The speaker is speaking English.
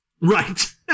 right